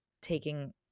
taking